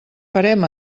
farem